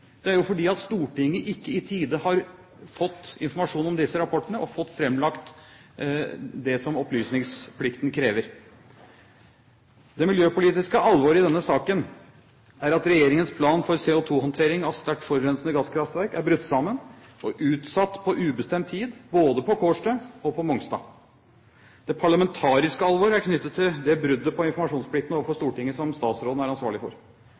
Det er fordi Stortinget ikke i tide har fått informasjon om disse rapportene, og fått seg forelagt det som opplysningsplikten krever. Det miljøpolitiske alvoret i denne saken er at regjeringens plan for CO2-håndtering av sterkt forurensende gasskraftverk er brutt sammen og er utsatt på ubestemt tid, både på Kårstø og på Mongstad. Det parlamentariske alvor er knyttet til det bruddet på informasjonsplikten overfor Stortinget som statsråden er ansvarlig for.